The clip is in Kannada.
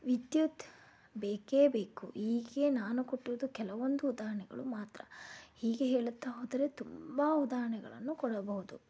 ವಿದ್ಯುತ್ ಬೇಕೇ ಬೇಕು ಹೀಗೆ ನಾನು ಕೊಟ್ಟಿರುವುದು ಕೆಲವೊಂದು ಉದಾಹರಣೆಗಳು ಮಾತ್ರ ಹೀಗೆ ಹೇಳುತ್ತಾ ಹೋದರೆ ತುಂಬ ಉದಾಹರಣೆಗಳನ್ನು ಕೊಡಬಹುದು